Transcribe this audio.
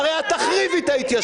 הרי את תחריבי את ההתיישבות.